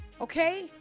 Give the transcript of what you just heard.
Okay